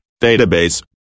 database